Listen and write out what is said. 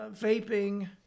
vaping